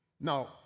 Now